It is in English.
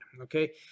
okay